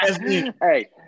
hey